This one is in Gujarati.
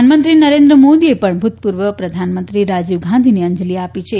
પ્રધાનમંત્રી નરેન્દ્રમોદીએ પણ ભ્રતપૂર્વ પ્રધાનમંત્રી રાજીવ ગાંધીને અંજલી આપી છે